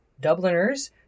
Dubliners